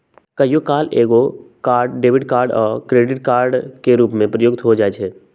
कहियो काल एकेगो कार्ड डेबिट कार्ड आ क्रेडिट कार्ड के रूप में प्रयुक्त हो जाइ छइ